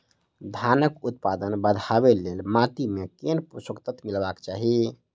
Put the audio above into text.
धानक उत्पादन बढ़ाबै लेल माटि मे केँ पोसक तत्व मिलेबाक चाहि?